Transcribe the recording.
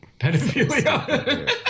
Pedophilia